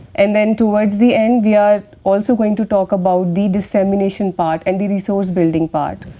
and then towards the end we are also going to talk about the dissemination part and the resource building part.